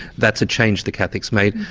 that's a change the catholics made.